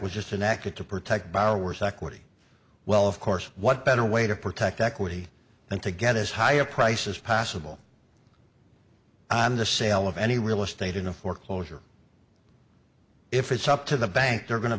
was just an act it to protect borrowers equity well of course what better way to protect equity and to get as high a price as possible on the sale of any real estate in a foreclosure if it's up to the bank they're going to